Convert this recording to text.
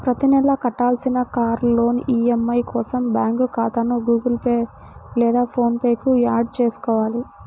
ప్రతి నెలా కట్టాల్సిన కార్ లోన్ ఈ.ఎం.ఐ కోసం బ్యాంకు ఖాతాను గుగుల్ పే లేదా ఫోన్ పే కు యాడ్ చేసుకోవాలి